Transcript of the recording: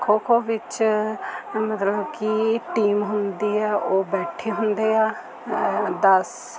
ਖੋ ਖੋ ਵਿੱਚ ਮਤਲਬ ਕਿ ਟੀਮ ਹੁੰਦੀ ਹੈ ਉਹ ਬੈਠੇ ਹੁੰਦੇ ਹੈ ਦਸ